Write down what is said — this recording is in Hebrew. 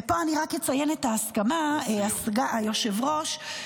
ופה אני רק אציין את ההסכמה, היושב-ראש -- לסיום.